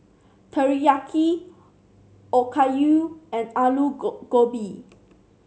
Teriyaki Okayu and Alu Gobi